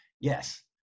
Yes